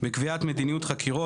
בקביעת מדיניות חקירות,